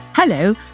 Hello